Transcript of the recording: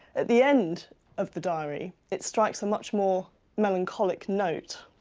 at the end of the diary, it strikes a much more melancholic note.